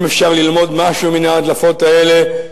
אם אפשר ללמוד משהו מן ההדלפות האלה,